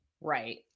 Right